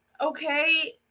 okay